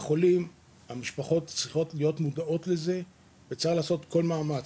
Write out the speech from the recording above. החולים והמשפחות צריכים להיות מודעים לזה וצריך לעשות כל מאמץ.